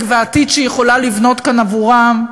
והעתיד שהיא יכולה לבנות כאן עבורם.